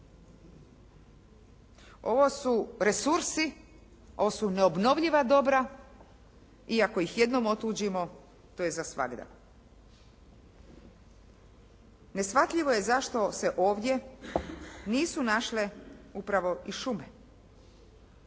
Ovo su resursi, ovo su neobnovljiva dobra i ako ih jednom otuđimo to je za svagda. Neshvatljivo je zašto se ovdje nisu našle upravo i šume.